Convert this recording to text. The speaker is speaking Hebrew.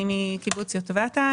מקיבוץ יטבתה.